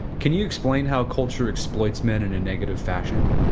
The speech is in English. can you explain how culture exploits men in a negative fashion?